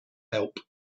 help